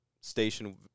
station